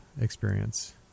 experience